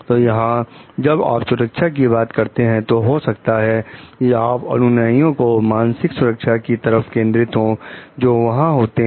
तो यहां जब आप सुरक्षा की बात करते हैं हो सकता है कि आप अनुयायियों की मानसिक सुरक्षा की तरफ केंद्रित हो जो वहां होते हैं